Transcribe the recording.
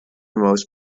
most